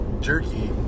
jerky